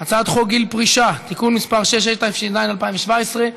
הצעת חוק גיל פרישה (תיקון מס' 6), התשע"ז 2017,